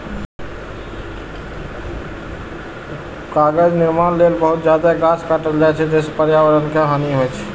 कागज निर्माण लेल बहुत जादे गाछ काटल जाइ छै, जइसे पर्यावरण के हानि होइ छै